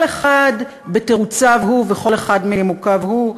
כל אחד בתירוציו שלו וכל אחד מנימוקיו שלו.